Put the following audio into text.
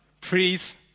please